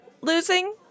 losing